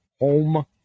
home